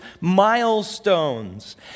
milestones